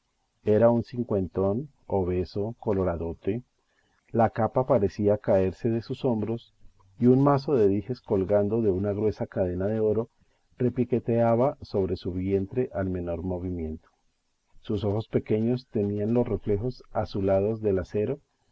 era un cincuentón obeso coloradote la capa parecía caerse de sus hombros y un mazo de dijes colgando de una gruesa cadena de oro repiqueteaba sobre su vientre al menor movimiento sus ojos pequeños tenían los reflejos azulados del acero